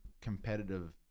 competitive